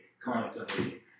constantly